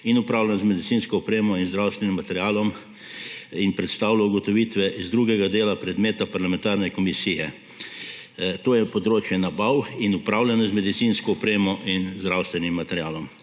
in upravljanja z medicinsko opremo in zdravstvenim materialom in predstavlja ugotovitve iz drugega dela predmeta parlamentarne komisije, to je področje nabav in upravljanja z medicinsko opremo in zdravstvenim materialom.